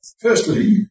Firstly